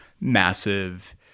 massive